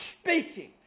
speaking